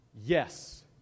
Yes